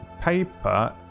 Paper